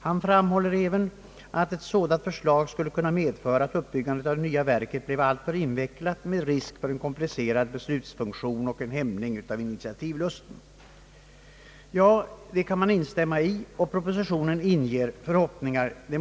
Han framhåller även att ett sådant förslag skulle kunna medföra att uppbyggandet av det nya verket blir alltför invecklat med risk för en komplicerad beslutsfunktion och en hämning av initiativlusten. Det uttalandet kan man utan vidare instämma i. Propositionen inger därför förhoppningar.